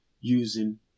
using